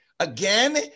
Again